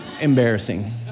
embarrassing